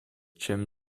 jim